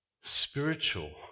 spiritual